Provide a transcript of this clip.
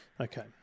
Okay